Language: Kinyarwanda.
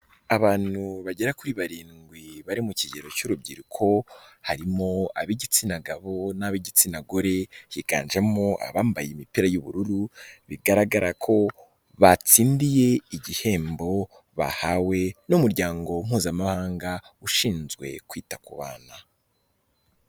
Abantu bagera kuri barindwi bari mu kigero cy'urubyiruko, harimo ab'igitsina gabo n'ab'igitsina gore, higanjemo abambaye imipira y'ubururu, bigaragara ko batsindiye igihembo bahawe n'umuryango mpuzamahanga ushinzwe kwita ku bana.